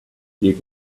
you